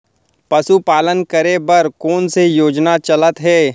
पशुपालन करे बर कोन से योजना चलत हे?